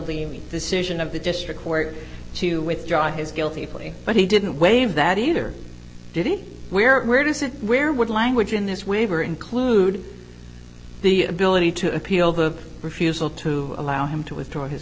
the decision of the district court to withdraw his guilty plea but he didn't wave that either did it where does it where would language in this waiver include the ability to appeal the refusal to allow him to withdraw his